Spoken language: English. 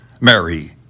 Mary